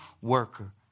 worker